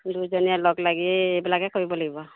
দুইজনীয়ে লগ লাগি এইবিলাকে কৰিব লাগিব